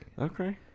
Okay